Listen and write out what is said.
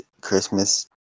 Christmas